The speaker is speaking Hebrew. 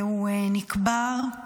והוא נקבר.